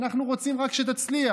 אנחנו רוצים רק שתצליח,